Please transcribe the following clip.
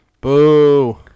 Boo